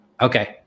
Okay